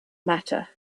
matter